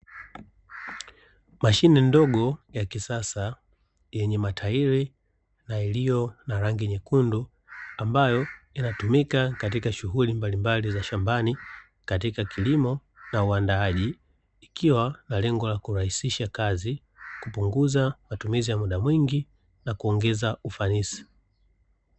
Mashine ndogo ya kisasa yenye matairi na iliyo na rangi nyekundu ambayo inatumika katika Shughuli mbalimbali za shambani, katika kilimo na uandaaji. Ikiwa na lengo la kurahisisha kazi, kupunguza matumizi ya muda mwingi na kuongeza ufanisi.